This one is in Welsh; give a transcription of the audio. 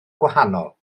gwahanol